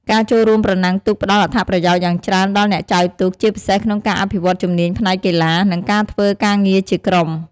ការចូលរួមប្រណាំងទូកផ្ដល់អត្ថប្រយោជន៍យ៉ាងច្រើនដល់អ្នកចែវទូក ជាពិសេសក្នុងការអភិវឌ្ឍជំនាញផ្នែកកីឡា និងការធ្វើការងារជាក្រុម។